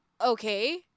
Okay